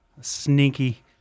sneaky